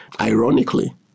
Ironically